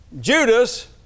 Judas